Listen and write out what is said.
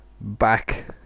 back